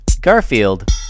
Garfield